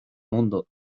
mundo